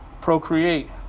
procreate